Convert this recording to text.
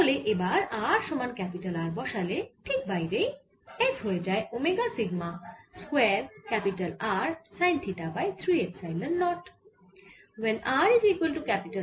তাহলে এবার r সমান R বসালে ঠিক বাইরেই S হয়ে যায় omega sigma square R sine theta by 3 epsilon not